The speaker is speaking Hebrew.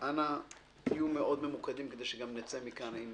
אנא תהיו מאוד ממוקדים כדי שגם נצא מכאן עם